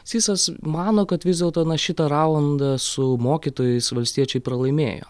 sysas mano kad vis dėlto na šitą raundą su mokytojais valstiečiai pralaimėjo